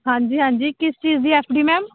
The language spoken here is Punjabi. ਹਾਂਜੀ ਹਾਂਜੀ ਕਿਸ ਚੀਜ਼ ਦੀ ਐਫ ਡੀ ਮੈਮ